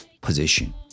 position